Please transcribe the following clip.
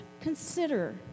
consider